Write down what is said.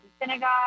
synagogue